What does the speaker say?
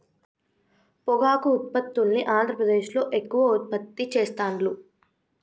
పొగాకు ఉత్పత్తుల్ని ఆంద్రప్రదేశ్లో ఎక్కువ ఉత్పత్తి చెస్తాండ్లు